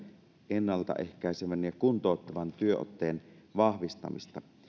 ennalta ehkäisevän ja kuntouttavan työotteen vahvistamista